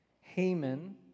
Haman